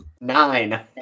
Nine